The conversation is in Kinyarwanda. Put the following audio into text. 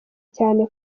cyane